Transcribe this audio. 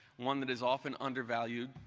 one that is often undervalued,